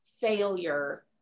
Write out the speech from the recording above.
failure